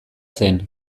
zen